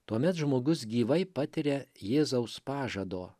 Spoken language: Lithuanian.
tuomet žmogus gyvai patiria jėzaus pažado